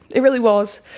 it really was.